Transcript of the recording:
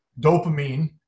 Dopamine